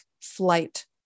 flight